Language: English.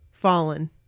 Fallen